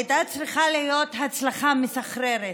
הייתה צריכה להיות הצלחה מסחררת.